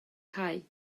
cau